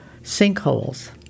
sinkholes